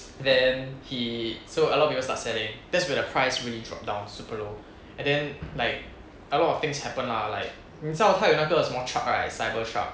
then he so a lot of people start selling that's when the price really drop down super low and then like a lot of things happen lah like 你知道他有那个什么 truck right cyber truck